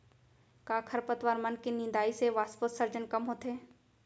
का खरपतवार मन के निंदाई से वाष्पोत्सर्जन कम होथे?